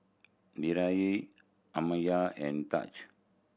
Amiya and Tahj